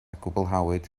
gwblhawyd